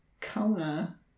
Kona